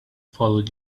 follow